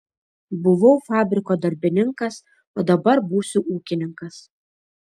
buvau fabriko darbininkas o dabar būsiu ūkininkas